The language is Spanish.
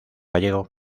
gallego